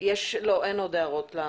אין עוד הערות.